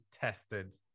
tested